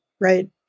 right